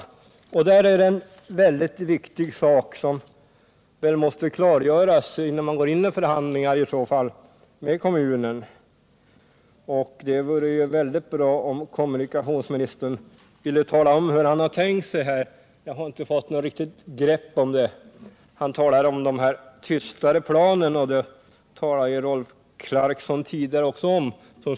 Innan man går in i förhandlingar med kom = Stockholmsregiomunen är det en viktig sak som måste klargöras. Det vore bra om komnen munikationsministern ville tala om hur han tänker sig den saken — jag har inte fått något riktigt grepp om det. Kommunikationsministern talade om de tystare plan som skall komma; det gjorde Rolf Clarkson tidigare också.